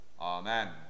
Amen